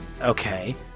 Okay